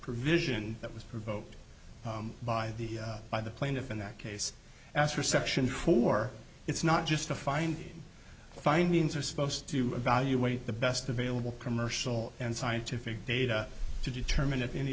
provision that was provoked by the by the plaintiff in that case as reception for its not just a finding findings are supposed to evaluate the best available commercial and scientific data to determine if any